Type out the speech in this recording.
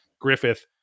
griffith